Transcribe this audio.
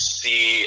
see